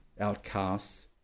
outcasts